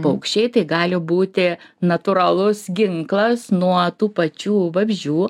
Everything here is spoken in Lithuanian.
paukščiai tai gali būti natūralus ginklas nuo tų pačių vabzdžių